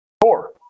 four